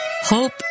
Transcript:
hope